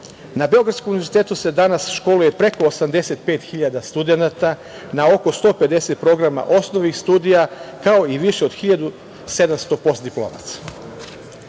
Beogradskom univerzitetu se danas školuje preko 85.000 studenata, na oko 150 programa osnovnih studija, kao i više od 1.700 postdiplomaca.U